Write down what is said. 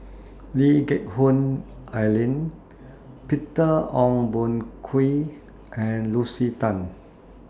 Lee Geck Hoon Ellen Peter Ong Boon Kwee and Lucy Tan